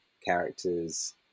characters